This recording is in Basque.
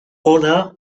hona